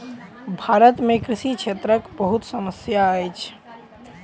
भारत में कृषि क्षेत्रक बहुत समस्या अछि